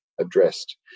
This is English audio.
addressed